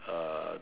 uh